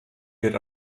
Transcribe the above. wird